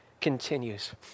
continues